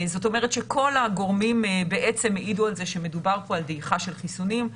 זאת אומרת שכל הגורמים בעצם העידו על זה שמדובר פה על דעיכה של חיסונים.